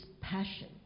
passion